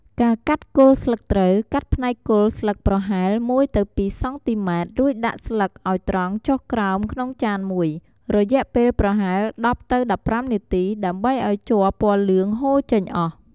ការកាត់គល់ស្លឹកត្រូវ កាត់ផ្នែកគល់ស្លឹកប្រហែល ១ទៅ២ សង់ទីម៉ែត្រ រួចដាក់ស្លឹកឲ្យត្រង់ចុះក្រោមក្នុងចានមួយ រយៈពេលប្រហែល ១០ទៅ១៥ នាទី ដើម្បីឲ្យជ័រពណ៌លឿង ហូរចេញអស់។